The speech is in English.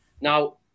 Now